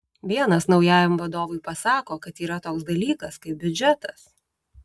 vienas naujajam vadovui pasako kad yra toks dalykas kaip biudžetas